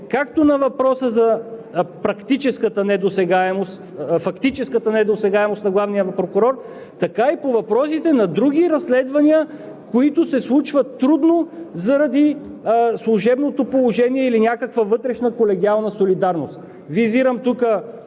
както на въпроса с фактическата недосегаемост на главния прокурор, така и по въпросите на други разследвания, които се случват трудно заради служебното положение или някаква вътрешна колегиална солидарност. Визирам тук